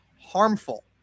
harmful